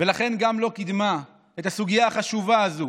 ולכן גם לא קידמה את הסוגיה החשובה הזאת